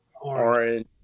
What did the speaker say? orange